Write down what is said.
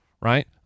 right